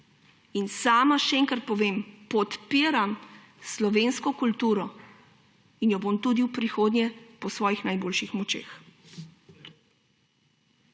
Sama, še enkrat povem, podpiram slovensko kulturo in jo bom tudi v prihodnje po svojih najboljših močeh.